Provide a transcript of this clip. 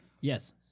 Yes